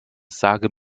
sage